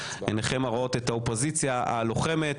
עיניכם הרואות את האופוזיציה הלוחמת